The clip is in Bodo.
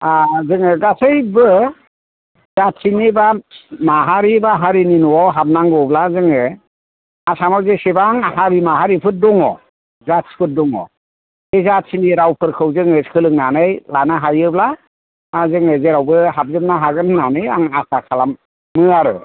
जोङो गासैबो जाथिनिबा माहारि बा हारिनि न'आव हाबनांगौब्ला जोङो आसामाव जेसेबां हारि माहारिफोर दङ जाथिफोर दङ बे जाथिनि रावफोरखौ जोङो सोलोंनानै लानो हायोब्ला जोङो जेरावबो हाबजोबनो हागोन होन्नानै आं आसा खालामो आरो